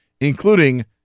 including